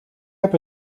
heb